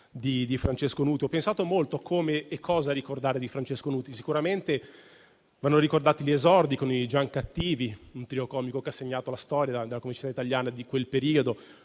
il suo lavoro. Ho pensato molto come e cosa ricordare di Francesco Nuti. Sicuramente vanno ricordati gli esordi con i Giancattivi, un trio comico che ha segnato la storia della comicità italiana di quel periodo.